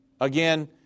Again